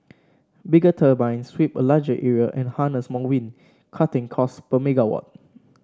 bigger turbines sweep a larger area and harness more wind cutting costs per megawatt